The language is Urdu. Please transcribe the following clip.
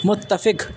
متفق